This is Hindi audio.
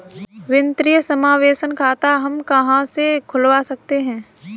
वित्तीय समावेशन खाता हम कहां से खुलवा सकते हैं?